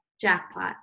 jackpot